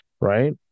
right